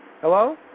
Hello